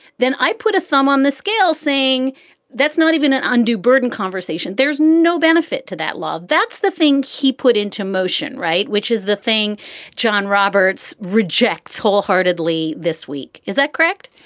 then i put a thumb on the scale saying that's not even an undue burden conversation. there's no benefit to that law. that's the thing he put into motion. right. which is the thing john roberts rejects wholeheartedly this week. is that correct?